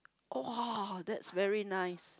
!woah! that's very nice